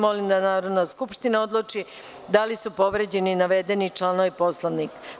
Molim da Narodna skupština odluči da li je povređen navedeni član Poslovnika.